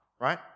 right